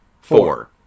Four